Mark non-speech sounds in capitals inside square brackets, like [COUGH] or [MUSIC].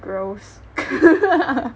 gross [LAUGHS]